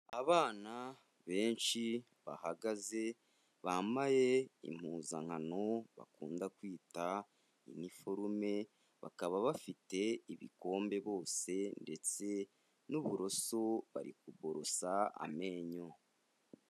Abana benshi bahagaze bambaye impuzankano bakunda kwita iniforume, bakaba bafite ibikombe bose ndetse n'uburoso, bari kuborosa amenyo.